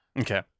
Okay